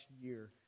year